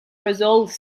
resolve